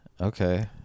Okay